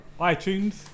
iTunes